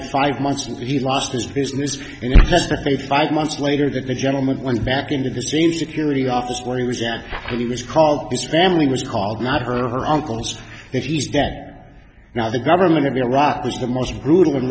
to five months and he lost his business in the first three five months later that the gentleman went back into the scene security office where he was that he was called this family was called not her or her uncle if he's dead now the government of iraq was the most brutal and